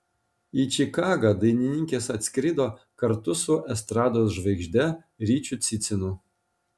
į čikagą dainininkės atskrido kartu su estrados žvaigžde ryčiu cicinu